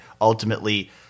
ultimately